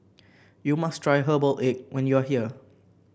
you must try Herbal Egg when you are here